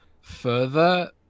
further